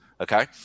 Okay